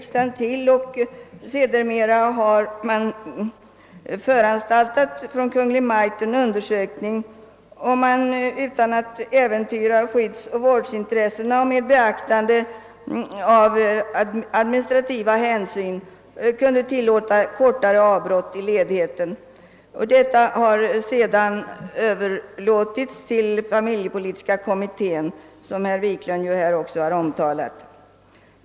Sedermera har Kungl. Maj:t också föranstaltat om en undersökning huruvida det är möjligt att, utan att äventyra skyddsoch vårdintressena och med beaktande av administrativa hänsyn, tillåta kortare avbrott i ledigheten. Översynen görs av familjepolitiska kommittén, som herr Wiklund i Stockholm redan omtalat.